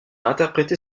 interprété